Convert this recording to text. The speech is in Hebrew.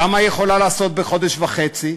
כמה היא יכולה לעשות בחודש וחצי?